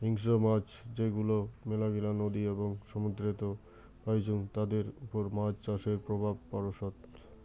হিংস্র মাছ যেগুলো মেলাগিলা নদী এবং সমুদ্রেতে পাইচুঙ তাদের ওপর মাছ চাষের প্রভাব পড়সৎ